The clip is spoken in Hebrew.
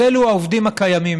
אז אלה העובדים הקיימים?